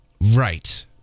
Right